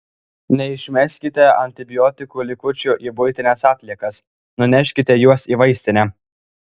neišmeskite antibiotikų likučių į buitines atliekas nuneškite juos į vaistinę